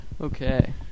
Okay